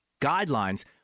guidelines